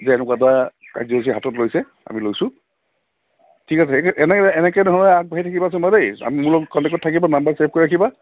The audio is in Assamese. যে এনেকুৱা এটা কাৰ্যসূচী হাতত লৈছে আমি লৈছোঁ ঠিক আছে এনেকে এনেকে ধৰণে আগবাঢ়ি থাকিবাচোন দেই আমি মোৰ লগত কণ্টেক্টত থাকিবা নাম্বাৰ ছেভ কৰি ৰাখিবা